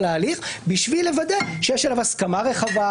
על ההליך בשביל לוודא שיש עליו הסכמה רחבה,